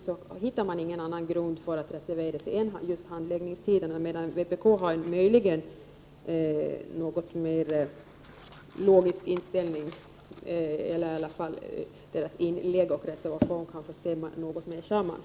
Dessa partier hittar ingen annan grund för att reservera sig än just handläggningstiderna, medan vpk möjligen har en något mer logisk inställning. I varje fall kanske deras inlägg och reservation stämmer något bättre samman.